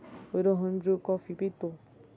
Rohan Bru coffee पितो